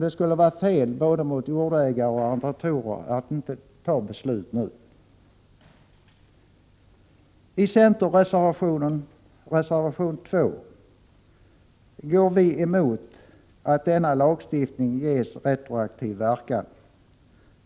Det skulle vara fel mot både jordägare och arrendatorer att inte fatta beslut nu. I centerreservationen, nr 2, går vi emot att denna lagstiftning ges retroaktiv verkan.